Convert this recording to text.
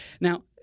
Now